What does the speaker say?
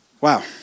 Wow